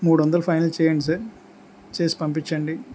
మూడు వందలు ఫైనల్ చేయండి సార్ చేసి పంపించండి